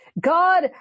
God